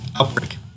outbreak